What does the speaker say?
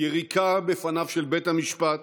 יריקה בפניו של בית המשפט